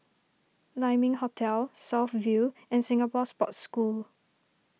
Lai Ming Hotel South View and Singapore Sports School